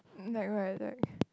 like what like